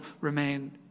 remain